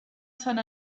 sant